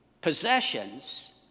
possessions